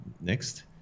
next